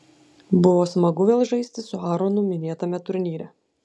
buvo smagu vėl žaisti su aaronu minėtame turnyre